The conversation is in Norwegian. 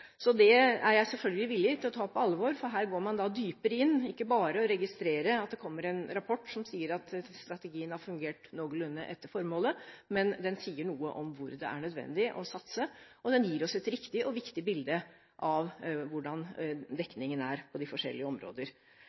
er jeg selvfølgelig villig til å ta på alvor. Her går man dypere inn. Man registrerer ikke bare at det er kommet en rapport som sier at strategien har fungert noenlunde etter formålet, men at den sier noe om hvor det er nødvendig å satse, og gir oss et riktig og viktig bilde av hvordan dekningen på de forskjellige områder